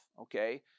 Okay